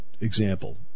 example